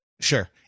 Sure